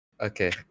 Okay